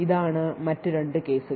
ഇതാണ് മറ്റ് രണ്ട് കേസുകൾ